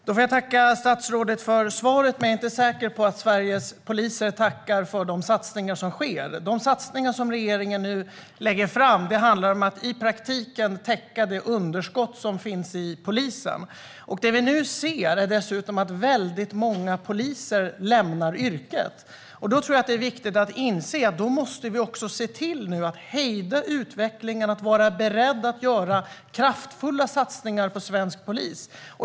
Herr talman! Jag får tacka statsrådet för svaret, men jag är inte säker på att Sveriges poliser tackar för de satsningar som sker. De satsningar som regeringen nu lägger fram handlar om att i praktiken täcka det underskott som finns hos polisen. Det vi nu ser är dessutom att många poliser lämnar yrket. Jag tror att det är viktigt att inse att vi måste hejda utvecklingen och vara beredda att göra kraftfulla satsningar på svensk polis.